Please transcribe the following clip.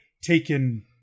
taken